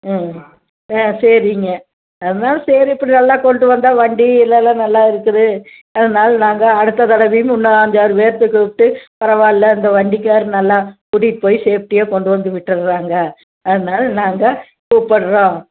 ம் ஆ சரிங்க அதான் சரி இப்படி நல்லா கொண்டு வந்தால் வண்டி எல்லாம் நல்லா இருக்குது அதனால் நாங்கள் அடுத்த தடவையும் இன்னும் அஞ்சாறு பேர்த்த கூப்பிட்டு பரவாயில்ல இந்த வண்டிக்காரர் நல்லா கூட்டிட்டு போய் சேஃப்டியாக கொண்டு வந்து விட்டுர்றாங்க அதனால் நாங்கள் கூப்பிர்றோம்